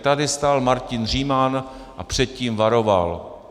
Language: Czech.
Tady stál Martin Říman a před tím varoval.